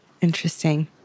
Interesting